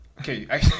okay